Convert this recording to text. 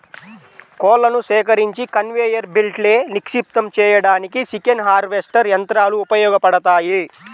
కోళ్లను సేకరించి కన్వేయర్ బెల్ట్పై నిక్షిప్తం చేయడానికి చికెన్ హార్వెస్టర్ యంత్రాలు ఉపయోగపడతాయి